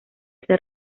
ser